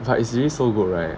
but it's really so good right